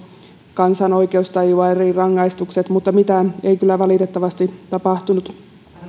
kansan oikeustajua eri rangaistukset mutta mitään ei kyllä valitettavasti tapahtunut